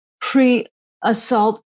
pre-assault